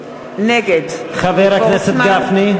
נגד חבר הכנסת גפני?